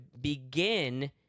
begin